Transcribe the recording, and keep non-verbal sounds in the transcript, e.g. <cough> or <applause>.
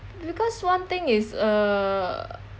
because one thing is uh <noise>